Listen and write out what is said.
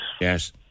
Yes